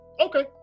okay